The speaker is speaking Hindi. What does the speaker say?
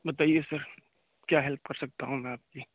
बताइए सर क्या हेल्प कर सकता हूँ मैं आपकी